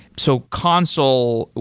so console,